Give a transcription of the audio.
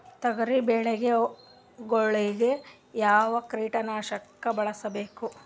ತೊಗರಿಬೇಳೆ ಗೊಳಿಗ ಯಾವದ ಕೀಟನಾಶಕ ಬಳಸಬೇಕು?